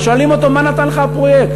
אז שואלים אותו: מה נתן לך הפרויקט?